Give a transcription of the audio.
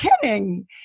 kidding